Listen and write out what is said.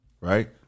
right